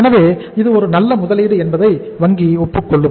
எனவே இது ஒரு நல்ல முதலீடு என்பதை வங்கி ஒப்புக்கொள்ளும்